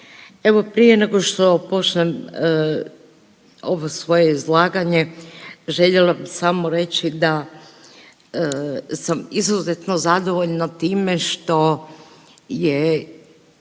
prije nego što počnem ovo svoje izlaganje, željela bih samo reći da sam izuzetno zadovoljna time što je